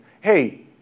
hey